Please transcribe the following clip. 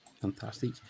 Fantastic